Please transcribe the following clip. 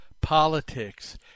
politics